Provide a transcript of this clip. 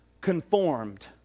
conformed